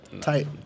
Tight